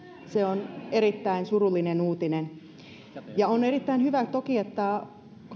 se on erittäin surullinen uutinen on erittäin hyvä toki että